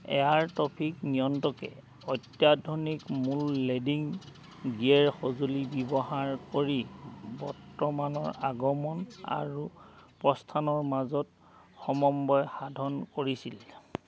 air traffic নিয়ন্ত্ৰকে অত্যাধুনিক মূল লেণ্ডিং গিয়েৰ সঁজুলি ব্যৱহাৰ কৰি বৰ্তমানৰ আগমন আৰু প্ৰস্থানৰ মাজত সমন্বয় সাধন কৰিছিল